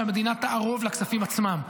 שהמדינה תערוב לכספים עצמם.